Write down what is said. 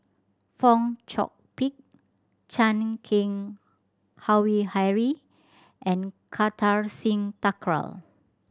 Fong Chong Pik Chan Keng Howe Harry and Kartar Singh Thakral